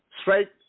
straight